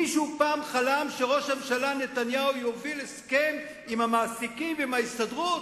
מישהו פעם חלם שראש הממשלה נתניהו יוביל הסכם עם המעסיקים ועם ההסתדרות?